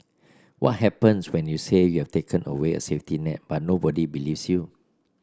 what happens when you say you've taken away a safety net but nobody believes you